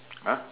!huh!